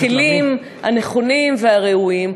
את הכלים הנכונים והראויים,